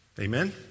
Amen